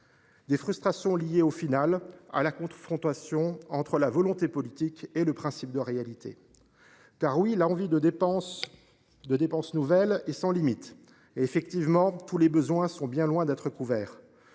des frustrations, liées, finalement, à la confrontation entre volonté politique et principe de réalité. De fait, l’envie de dépenses nouvelles est sans limites et, évidemment, tous les besoins sont bien loin d’être couverts.